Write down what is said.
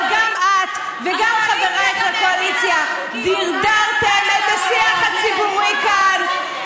אבל גם את וגם חברייך לקואליציה דרדרתם את השיח הציבורי כאן,